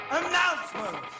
announcement